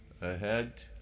ahead